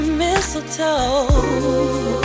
mistletoe